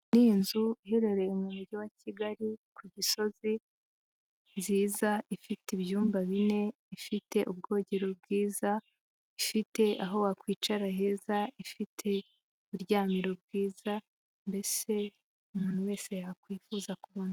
Iyi ni inzu iherereye mu mujyi wa Kigali ku Gisozi nziza ifite ibyumba bine, ifite ubwogero bwiza, ifite aho wakwicara heza, ifite uburyamiro bwiza, mbese umuntu wese yakwifuza kubamo.